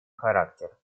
характер